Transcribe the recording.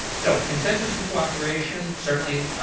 so consensus and cooperation, certainly,